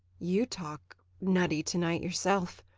you talk nutty to-night yourself.